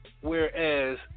whereas